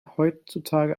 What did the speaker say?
heutzutage